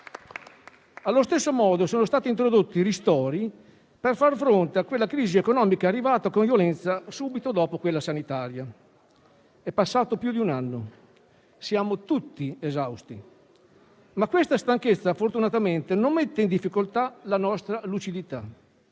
Allo stesso modo, sono stati introdotti ristori per far fronte a quella crisi economica arrivata con violenza subito dopo quella sanitaria. È passato più di un anno e siamo tutti esausti, ma questa stanchezza fortunatamente non mette in difficoltà la nostra lucidità.